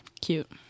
Cute